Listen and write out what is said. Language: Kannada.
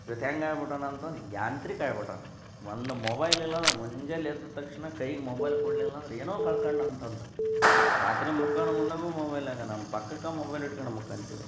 ಇವತ್ತು ಹೆಂಗೆ ಆಗ್ಬಿಟ್ಟಾನೆ ಅಂತಂದು ಯಾಂತ್ರಿಕ ಆಗ್ಬಿಟ್ಟಾನೆ ಒಂದು ಮೊಬೈಲ್ ಇಲ್ಲಂದ್ರೆ ಮುಂಜಾಲೆ ಎದ್ದು ತಕ್ಷಣ ಕೈಗೆ ಮೊಬೈಲ್ ಕೊಡಲಿಲ್ಲ ಅಂದ್ರೆ ಏನೋ ಕಳ್ಕಂಡಂತಂದು ರಾತ್ರಿ ಮಕಣ್ ಮುಂದಗೂ ಮೊಬೈಲ್ನಾಗ ನಮ್ಮ ಪಕ್ಕಕ್ಕೆ ಮೊಬೈಲ್ ಇಟ್ಕಂಡು ಮಲ್ಕಂತೀವಿ